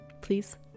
please